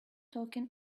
token